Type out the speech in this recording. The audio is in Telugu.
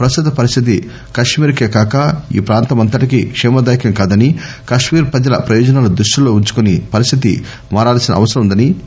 ప్రస్తుత పరిస్లితి కశ్మీర్ కే కాక ఈ ప్రాంతమంతటికీ కేమదాయకం కాదని కశ్మీర్ ప్రజల ప్రయోజనాలు ద్రుష్టిలో వుంచుకొని పరిస్థితి మారాల్చిన అవసరం వుందని తెలిపారు